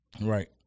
Right